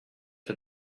for